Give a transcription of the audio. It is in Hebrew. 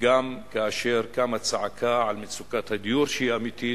וגם כאשר קמה צעקה על מצוקת הדיור, שהיא אמיתית,